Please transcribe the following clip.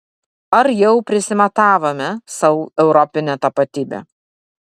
ar jau prisimatavome sau europinę tapatybę